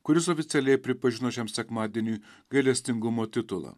kuris oficialiai pripažino šiam sekmadieniui gailestingumo titulą